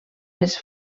les